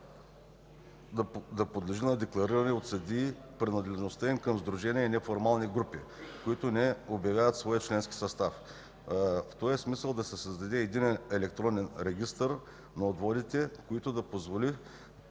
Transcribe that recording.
да подлежи на деклариране от съдиите и принадлежността им към сдружения и неформални групи, които не обявяват своя членски състав. В този смисъл да се създаде единен електронен регистър на отводите, който да позволи